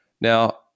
Now